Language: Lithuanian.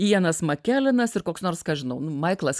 jenas makelinas ir koks nors ką žinau maiklas